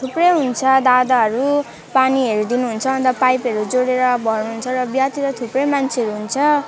थुप्रै हुन्छ दादाहरू पानीहरू दिनुहुन्छ अनि त पाइपहरू जोडेर भर्नुहुन्छ र बिहातिर थुप्रै मान्छेहरू हुन्छ